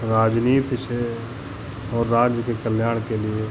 राजनीति से और राज्य के कल्याण के लिए